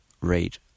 rate